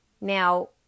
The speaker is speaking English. Now